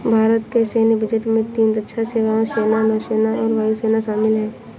भारत के सैन्य बजट में तीन रक्षा सेवाओं, सेना, नौसेना और वायु सेना शामिल है